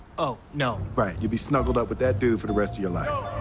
oh, no. right, you'd be snuggled up with that dude for the rest of your life. yo,